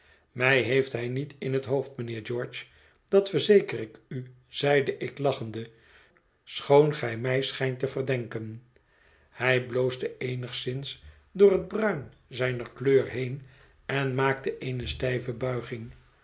mij heeft hij niet in het hoofd mijnheer george dat verzeker ik u zeide ik lachende schoon ge mij schijnt te verdenken hij bloosde eenigszins door het bruin zijner kleur heen en maakte eene stijve buiging